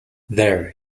there